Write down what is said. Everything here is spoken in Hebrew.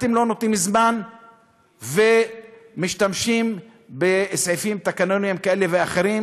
אתם לא נותנים זמן ומשתמשים בסעיפים תקנוניים כאלה ואחרים